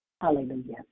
Hallelujah